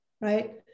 right